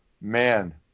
man